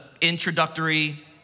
introductory